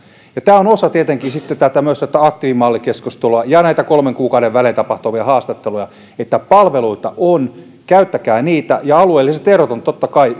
tämä on osa tietenkin sitten myös tätä aktiivimallikeskustelua ja näitä kolmen kuukauden välein tapahtuvia haastatteluja että palveluita on käyttäkää niitä alueelliset erot on totta kai